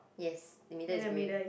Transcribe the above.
yes in middle is grey